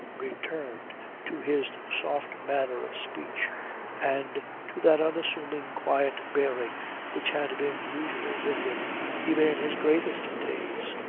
returned to his soft manner of speech and to that unassuming quiet bearing which had been usual with him even in his greatest days.